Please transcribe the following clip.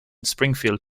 springfield